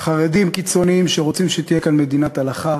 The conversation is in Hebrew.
באולם חרדים קיצוניים שרוצים שתהיה כאן מדינת הלכה